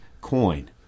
coin